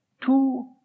two